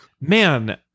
Man